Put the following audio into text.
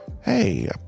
hey